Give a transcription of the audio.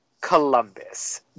Columbus